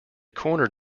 cornered